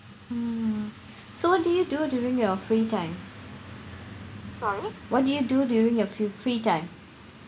mm so what do you do during your free time what do you do during your fr~ free time